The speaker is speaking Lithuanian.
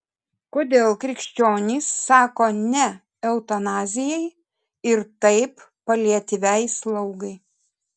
kodėl krikščionys sako ne eutanazijai ir taip paliatyviai slaugai